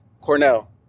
Cornell